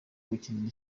gukinira